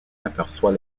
aperçoit